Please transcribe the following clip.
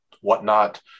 Whatnot